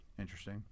Interesting